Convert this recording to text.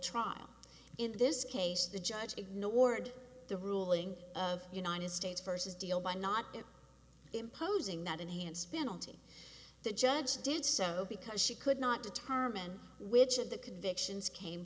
trial in this case the judge ignored the ruling of united states versus deal by not imposing that enhanced spin altie the judge did so because she could not determine which of the convictions came